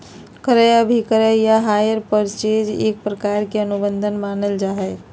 क्रय अभिक्रय या हायर परचेज एक प्रकार के अनुबंध मानल जा हय